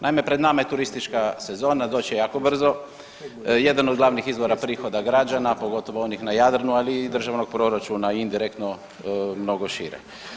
Naime, pred nama je turistička sezona doći će jako brzo, jedan od glavnih prihoda građana pogotovo onih na Jadranu, ali i državnog proračuna indirektno mnogo šire.